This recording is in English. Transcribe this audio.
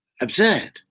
absurd